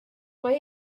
mae